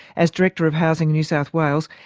as director of housing new south wales,